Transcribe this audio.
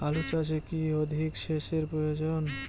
আলু চাষে কি অধিক সেচের প্রয়োজন?